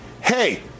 hey